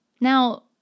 Now